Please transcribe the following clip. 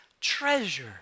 treasure